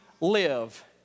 live